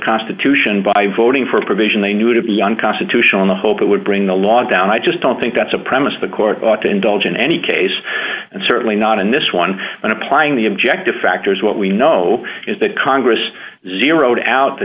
constitution by voting for a provision they knew to be unconstitutional in the hope it would bring the law down i just don't think that's a premise the court ought to indulge in any case and certainly not in this one when applying the objective factors what we know is that congress zeroed out the